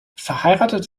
verheiratet